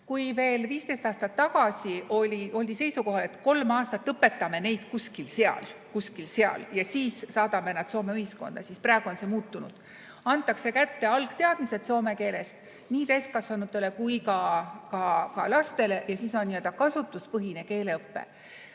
Kui veel 15 aastat tagasi oldi seisukohal, et kolm aastat õpetame neid kuskil seal – kuskil seal – ja siis saadame nad Soome ühiskonda, siis praegu on see muutunud. Antakse kätte algteadmised soome keelest nii täiskasvanutele kui ka lastele ja siis on n-ö kasutuspõhine keeleõpe.